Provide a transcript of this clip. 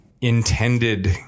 intended